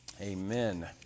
Amen